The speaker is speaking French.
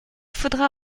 faudra